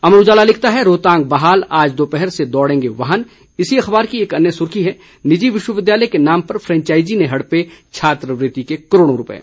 अमर उजाला लिखता है रोहतांग बहाल आज दोपहर से दौड़ेंगे वाहन इसी अख़बार की एक अन्य सुर्खी है निजी विश्वविद्यालय के नाम पर फ्रैंचाइजी ने हड़पे छात्रवृत्ति के करोड़ों रुपये